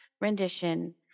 rendition